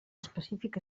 específic